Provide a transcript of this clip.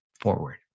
forward